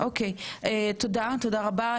אוקי, תודה, תודה רבה.